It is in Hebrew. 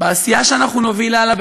בעשייה שאנחנו נוביל הלאה,